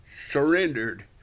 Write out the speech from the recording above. surrendered